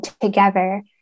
together